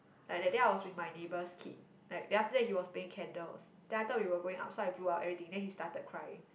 like that day I was with my neighbor's kid like then after that he was playing candles then I thought we were going outside to blow out everything then he started crying